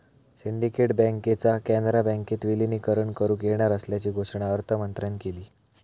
syndicate बँकेचा कॅनरा बँकेत विलीनीकरण करुक येणार असल्याची घोषणा अर्थमंत्र्यांन केली